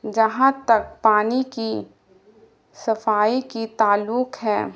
جہاں تک پانی کی صفائی کی تعلق ہے